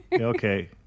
Okay